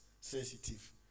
sensitive